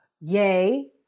yay